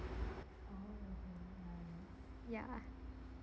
ya